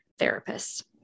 therapists